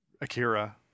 Akira